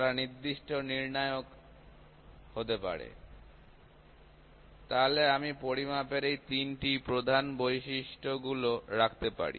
তারা নির্দিষ্ট নির্ণায়ক হতে পারে তাহলে আমি পরিমাপের এই তিনটি প্রধান বৈশিষ্ট্য গুলি রাখতে পারি